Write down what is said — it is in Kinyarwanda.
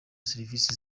serivisi